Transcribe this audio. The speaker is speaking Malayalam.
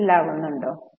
മനസിലാവുന്നുണ്ടോ